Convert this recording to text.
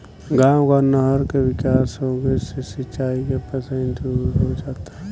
गांव गांव नहर के विकास होंगे से सिंचाई के परेशानी दूर हो जाता